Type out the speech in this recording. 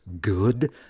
good